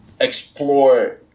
explore